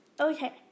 Okay